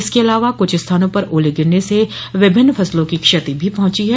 इसके अलावा कुछ स्थानों पर ओले गिरने से विभिन्न फसलों को क्षति भी पहुंची है